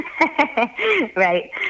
right